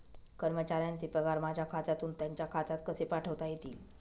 कर्मचाऱ्यांचे पगार माझ्या खात्यातून त्यांच्या खात्यात कसे पाठवता येतील?